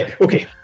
Okay